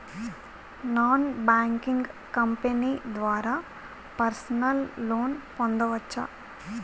Non banking company ద్వారా personal loan పొందవచ్చా?